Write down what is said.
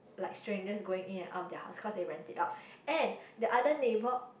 like strangers going in and out of their house cause they rent it out and the other neighbor